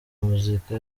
muzika